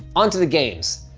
onto the games.